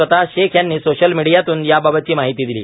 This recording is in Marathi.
स्वतः शेख यांनी सोशल मीडियातून याबाबतची माहिती दिली